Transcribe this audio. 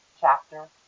Chapter